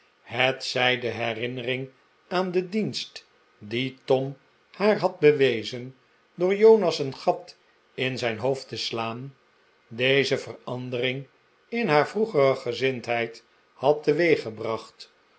hetzij de herinnering aan den dienst dien tom haar had bewezen door jonas een gat in zijn hoofd te slaan deze verandering in haar vroegere gezindheid had teweeggebracht